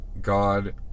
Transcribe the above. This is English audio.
God